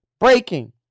breaking